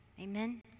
Amen